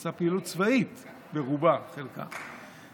היא עושה פעילות צבאית מרובה, בחלקה.